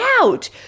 out